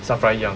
SAFRA 一样 lah